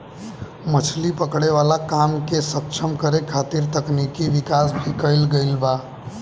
मछली पकड़े वाला काम के सक्षम करे खातिर तकनिकी विकाश भी कईल गईल बा